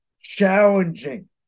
challenging